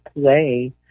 play